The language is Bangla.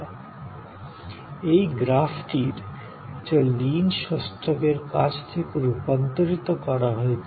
উপরের এই গ্রাফটি লিন শোস্টকের কাজ থেকে রূপান্তরিত করা হয়েছে